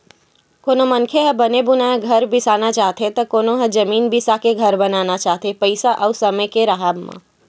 कोनो मनखे ह बने बुनाए घर बिसाना चाहथे त कोनो ह जमीन बिसाके घर बनाना चाहथे पइसा अउ समे के राहब म